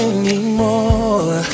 anymore